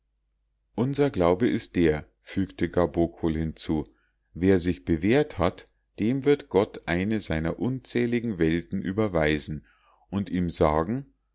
unser glaube ist der fügte gabokol hinzu wer sich bewährt hat dem wird gott eine seiner unzähligen welten überweisen und ihm sagen